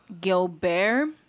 gilbert